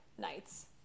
nights